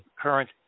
current